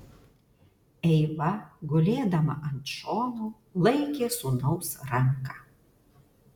eiva gulėdama ant šono laikė sūnaus ranką